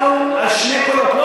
הצבעת, נפלנו על שני קולות.